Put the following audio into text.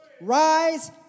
Rise